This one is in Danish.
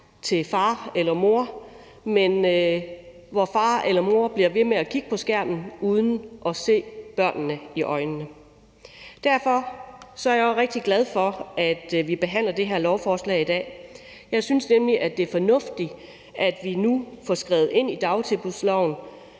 til far eller mor, men hvor far eller mor bliver ved med at kigge på skærmen uden at se barnet i øjnene. Derfor er jeg også rigtig glad for, at vi behandler det her lovforslag i dag. Jeg synes nemlig, at det er fornuftigt, at vi nu får skrevet ind i dagtilbudsloven,